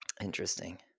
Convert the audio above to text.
Interesting